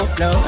no